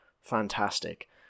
fantastic